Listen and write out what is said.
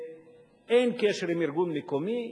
אין קשר עם ארגון מקומי,